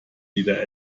wieder